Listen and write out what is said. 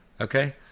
Okay